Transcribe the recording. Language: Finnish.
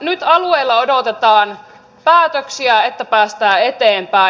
nyt alueilla odotetaan päätöksiä että päästään eteenpäin